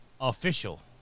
Official